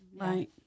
Right